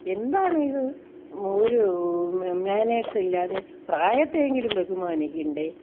എന്താണ് ഇത് ഒരു മാനേഴ്സില്ലാതെ പ്രായത്തെ എങ്കിലും ബഹുമാനിക്കണ്ടേ